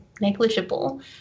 negligible